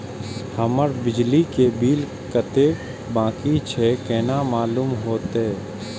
हमर बिजली के बिल कतेक बाकी छे केना मालूम होते?